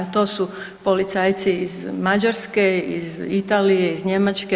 To su policajci iz Mađarske, iz Italije, iz Njemačke.